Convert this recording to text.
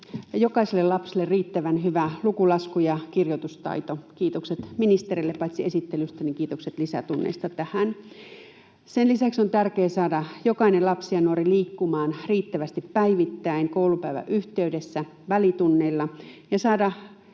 jokaiselle lapselle riittävän hyvä luku-, lasku- ja kirjoitustaito. Kiitokset ministerille paitsi esittelystä myös lisätunneista tähän. Sen lisäksi on tärkeää saada jokainen lapsi ja nuori liikkumaan riittävästi päivittäin koulupäivän yhteydessä, välitunneilla, ja saada